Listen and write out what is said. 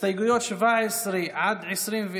הסתייגויות 17 עד 21,